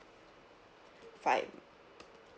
five